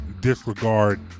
disregard